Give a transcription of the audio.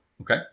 Okay